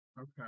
Okay